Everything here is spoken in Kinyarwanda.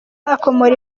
akomora